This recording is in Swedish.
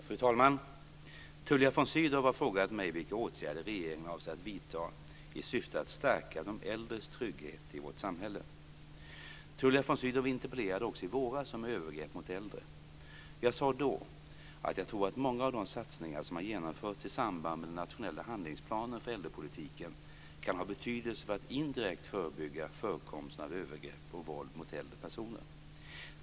Fru talman! Tullia von Sydow har frågat mig vilka åtgärder regeringen avser att vidta i syfte att stärka de äldres trygghet i vårt samhälle. Tullia von Sydow interpellerade också i våras om övergrepp mot äldre. Jag sade då att jag tror att många av de satsningar som har genomförts i samband med den nationella handlingsplanen för äldrepolitiken kan ha betydelse för att indirekt förebygga förekomsten av övergrepp och våld mot äldre personer.